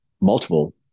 multiple